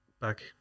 back